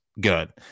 good